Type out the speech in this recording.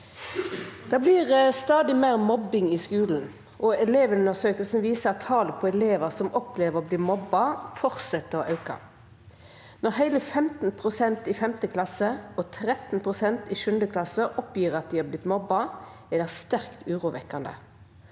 «Det blir stadig mer mobbing i skolen, og Elevundersøkelsen viser at tallet på elever som opplever å bli mobbet fortsetter å øke. Når hele 15 pst. i 5. klasse og 13 pst. i 7. klasse oppgir at de har blitt mobbet, er det sterkt urovekkende.